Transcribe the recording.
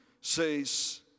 says